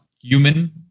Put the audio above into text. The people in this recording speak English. human